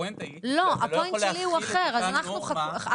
הפואנטה היא שאתה לא יכול להחיל את אותה נורמה על כלל הציבור,